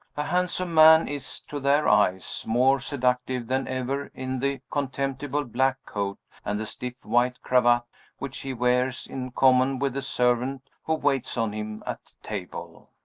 a handsome man is, to their eyes, more seductive than ever in the contemptible black coat and the stiff white cravat which he wears in common with the servant who waits on him at table.